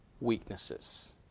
weaknesses